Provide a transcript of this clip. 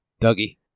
Dougie